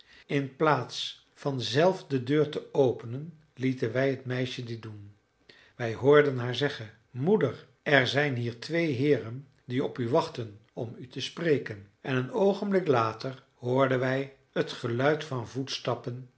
in plaats van zelf de deur te openen lieten wij het meisje dit doen wij hoorden haar zeggen moeder er zijn hier twee heeren die op u wachten om u te spreken en een oogenblik later hoorden wij het geluid van voetstappen